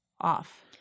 Off